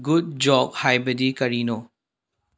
good job ꯍꯥꯏꯕꯗꯤ ꯀꯔꯤꯅꯣ